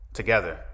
together